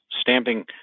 Stamping